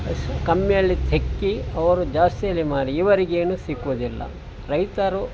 ಕಮ್ಮಿಯಲ್ಲಿ ಹೆಕ್ಕಿ ಅವರು ಜಾಸ್ತಿ ಅಲ್ಲಿ ಮಾರಿ ಇವರಿಗೇನು ಸಿಕ್ಕುವುದಿಲ್ಲ ರೈತರು